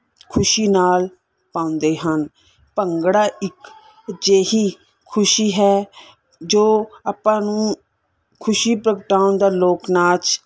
ਖੁਸ਼ੀ ਨਾਲ ਪਾਉਂਦੇ ਹਨ ਭੰਗੜਾ ਇੱਕ ਅਜਿਹੀ ਖੁਸ਼ੀ ਹੈ ਜੋ ਆਪਾਂ ਨੂੰ ਖੁਸ਼ੀ ਪ੍ਰਗਟਾਉਣ ਦਾ ਲੋਕ ਨਾਚ